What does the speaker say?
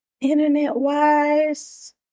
Internet-wise